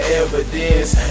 evidence